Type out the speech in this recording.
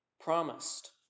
promised